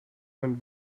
went